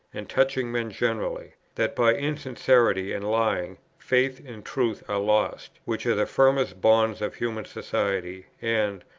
and touching men generally, that by insincerity and lying faith and truth are lost, which are the firmest bonds of human society, and,